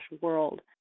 world